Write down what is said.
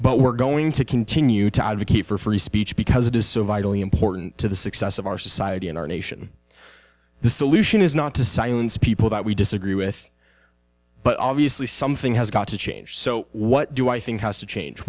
but we're going to continue to advocate for free speech because it is so vitally important to the success of our society in our nation the solution is not to silence people that we disagree with but obviously something has got to change so what do i think has to change